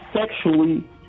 sexually